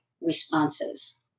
responses